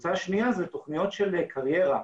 הקבוצה השנייה היא תוכניות של קריירה.